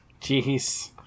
Jeez